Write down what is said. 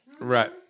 Right